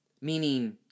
meaning